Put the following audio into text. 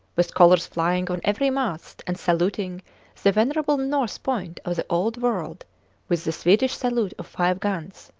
with colours flying on every mast and saluting the venerable north point of the old world with the swedish salute of five guns,